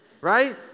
Right